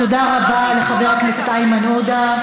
תודה רבה לחבר הכנסת איימן עודה.